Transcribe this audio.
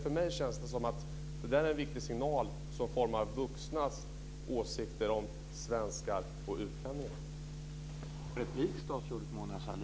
För mig känns det som att det är en viktig signal som formar vuxnas åsikter om svenskar och utlänningar.